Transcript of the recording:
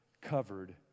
covered